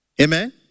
Amen